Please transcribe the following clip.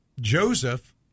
Joseph